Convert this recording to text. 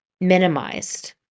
minimized